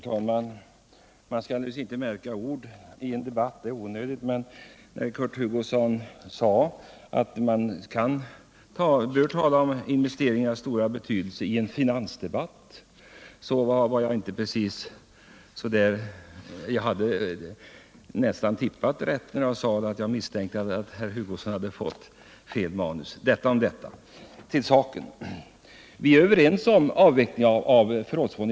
Herr talman! Man skall naturligtvis inte märka ord i en debatt — det är onödigt. Men när Kurt Hugosson säger att man bör tala om investeringarnas stora betydelse i en finansdebatt, så tycker jag nästan att jag hade rätt då jag råkade säga att jag misstänkte att Kurt Hugosson hade fått med fel manuskript här. Detta om detta — till saken! Vi är överens om avvecklingen av förrådsfonden.